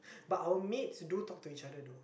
but our maids do talk to each other though